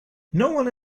noone